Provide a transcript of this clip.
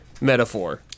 Metaphor